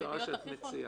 זו הפשרה שאת מציעה.